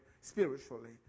spiritually